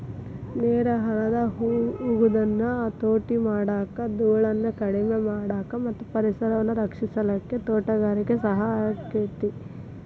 ನೇರ ಹರದ ಹೊಗುದನ್ನ ಹತೋಟಿ ಮಾಡಾಕ, ದೂಳನ್ನ ಕಡಿಮಿ ಮಾಡಾಕ ಮತ್ತ ಪರಿಸರವನ್ನ ರಕ್ಷಿಸಲಿಕ್ಕೆ ತೋಟಗಾರಿಕೆ ಸಹಾಯ ಆಕ್ಕೆತಿ